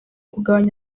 kugabanya